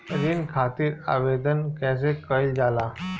ऋण खातिर आवेदन कैसे कयील जाला?